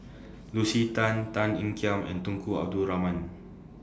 Lucy Tan Tan Ean Kiam and Tunku Abdul Rahman